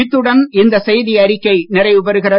இத்துடன் இந்த செய்தியறிக்கை நிறைவுபெறுகிறது